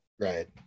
right